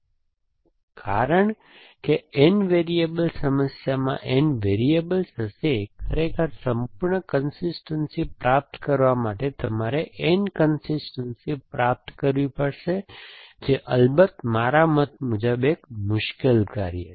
પરંતુ કારણ કે N વેરીએબલ સમસ્યામાં N વેરીએબલ હશે ખરેખર સંપૂર્ણ કન્સિસ્ટનસી પ્રાપ્ત કરવા માટે તમારે N કન્સિસ્ટનસી પ્રાપ્ત કરવી પડશે જે અલબત્ત મારા મત મુજબ એક મુશ્કેલ કાર્ય છે